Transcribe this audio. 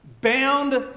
bound